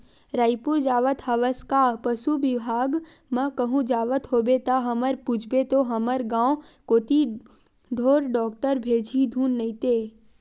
रइपुर जावत हवस का पसु बिभाग म कहूं जावत होबे ता हमर पूछबे तो हमर गांव कोती ढोर डॉक्टर भेजही धुन नइते